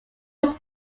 was